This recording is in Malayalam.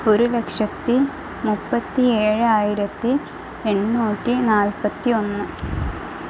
ഒരു ലക്ഷത്തി മുപ്പത്തി ഏഴായിരത്തി എണ്ണൂറ്റി നാൽപത്തി ഒന്ന്